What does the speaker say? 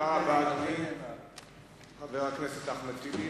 תודה רבה, אדוני חבר הכנסת אחמד טיבי.